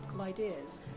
ideas